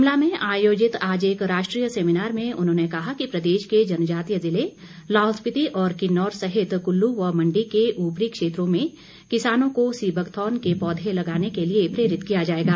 शिमला में आयोजित आज एक राष्ट्रीय सेमीनार में उन्होंने कहा कि प्रदेश के जनजातीय जिले लाहौल स्पिति और किन्नौर सहित कुल्लू व मण्डी के उपरी क्षेत्रों में किसानों को सी बकथार्न के पौधे लगाने के लिए प्रेरित किया जाएगा